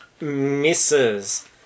misses